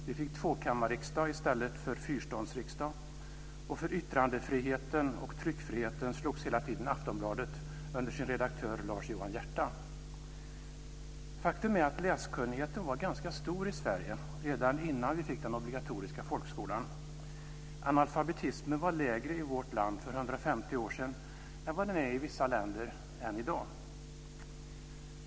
Vi fick tvåkammarriksdag i stället för fyrståndsriksdag. För yttrandefriheten och tryckfriheten slogs hela tiden Aftonbladet under sin redaktör Lars Johan Hierta. Faktum är att läskunnigheten var ganska stor i Sverige redan innan vi fick den obligatoriska folkskolan. Analfabetismen var lägre i vårt land för 150 år sedan än vad den är i vissa länder än i dag.